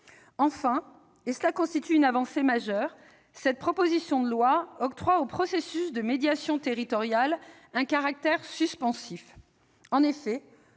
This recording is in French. Enfin, et cela constitue une avancée majeure, cette proposition de loi octroie au processus de médiation territoriale un caractère suspensif. En effet,